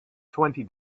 twenty